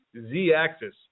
Z-axis